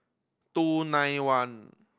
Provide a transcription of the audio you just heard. two nine one